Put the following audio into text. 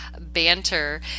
banter